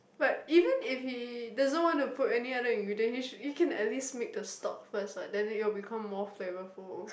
like even if he doesn't want to put any other ingredient he should he can at least make the stock first what then it'll become more flavorful